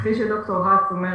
כפי שד"ר האס אומר,